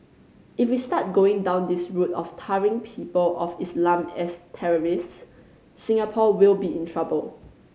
if we start going down this route of tarring people of Islam as terrorists Singapore will be in trouble